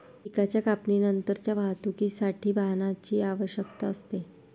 पिकाच्या कापणीनंतरच्या वाहतुकीसाठी वाहनाची आवश्यकता असते